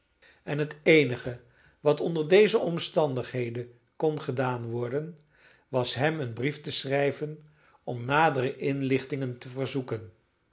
en het eenige wat onder deze omstandigheden kon gedaan worden was hem een brief te schrijven om nadere inlichtingen te verzoeken